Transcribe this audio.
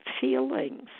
feelings